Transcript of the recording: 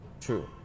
True